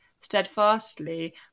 steadfastly